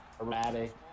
erratic